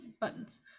buttons